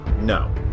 No